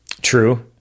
True